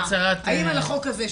האם על החוק הזה,